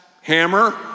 hammer